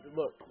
look